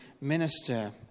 minister